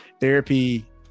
therapy